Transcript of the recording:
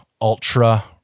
Ultra